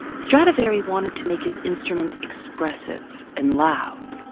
stradivari wanted to make his instruments expressive and loud.